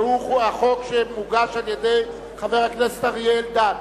והוא החוק שמוגש על-ידי חבר הכנסת אריה אלדד.